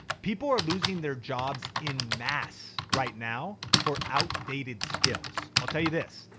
people are losing their jobs in mass right now for outdated skills. i'll tell you this,